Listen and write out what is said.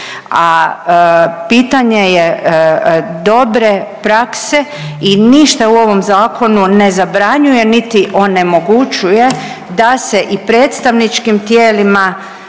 a pitanje je dobre prakse i ništa u ovom Zakonu ne zabranjuje niti onemogućuje da se i predstavničkim tijelima